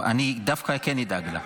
אני דווקא כן אדאג לה.